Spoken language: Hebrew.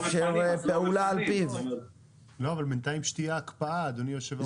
אבל שבינתיים תהיה הקפאה אדוני היושב ראש.